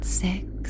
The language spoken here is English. six